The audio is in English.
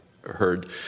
heard